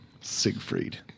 Siegfried